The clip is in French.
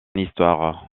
histoire